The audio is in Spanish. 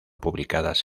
publicadas